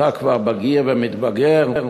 אתה כבר בגיר ומתבגר.